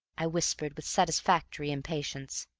i whispered with satisfactory impatience.